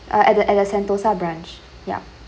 uh at the at the sentosa branch ya